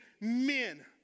men